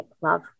love